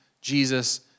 Jesus